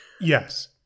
Yes